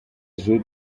zoo